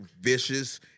vicious